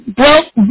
broke